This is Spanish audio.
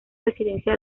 residencia